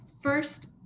first